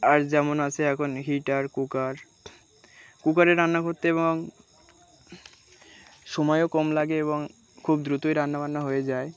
আর যেমন আছে এখন হিটার কুকার কুকারে রান্না করতে এবং সময়ও কম লাগে এবং খুব দ্রুতই রান্নাবান্না হয়ে যায়